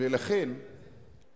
בדקת את זה?